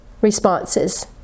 responses